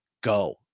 go